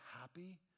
happy